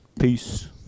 Peace